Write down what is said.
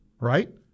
right